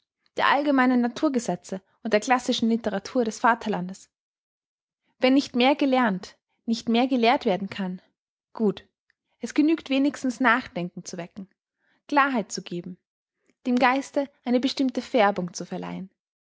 der allgemeinen naturgesetze und der klassischen literatur des vaterlandes wenn nicht mehr gelernt nicht mehr gelehrt werden kann gut es genügt wenigstens nachdenken zu wecken klarheit zu geben dem geiste eine bestimmte färbung zu verleihen